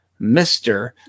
Mr